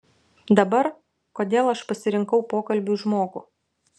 dabar kodėl aš pasirinkau pokalbiui žmogų